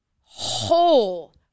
whole